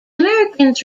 americans